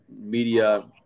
media –